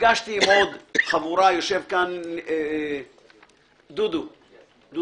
נפגשתי עם עוד חבורה יושב פה דודו מתתיהו,